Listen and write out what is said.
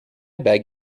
beg